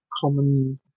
common